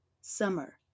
summer